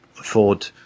afford